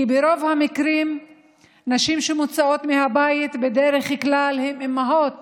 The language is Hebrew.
כי ברוב המקרים נשים שמוצאות מהבית הן אימהות